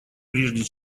прежде